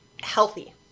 healthy